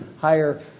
higher